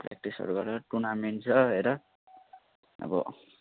प्रेक्टिसहरू गर टुर्नामेन्ट छ हेर अब